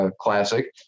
classic